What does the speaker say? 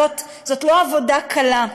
זאת לא עבודה קלה.